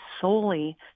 solely